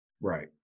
Right